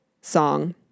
song